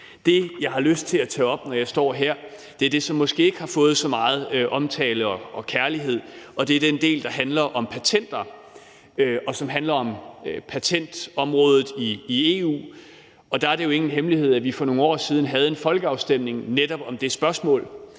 Det, jeg har lyst til at tage op, når jeg står her, er det, som måske ikke har fået så meget omtale og kærlighed, og det er den del, der handler om patenter og patentområdet i EU. Der er det jo ingen hemmelighed, at vi for nogle år siden havde en folkeafstemning netop om det spørgsmål.